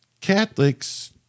Catholics